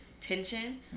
tension